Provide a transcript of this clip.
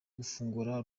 gufungura